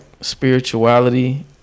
spirituality